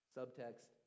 Subtext